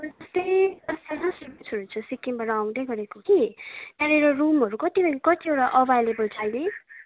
सिक्किमबाट आउँदै गरेको कि त्यहाँनेर रुमहरू कति कतिवटा एभाइलेबल छ अहिले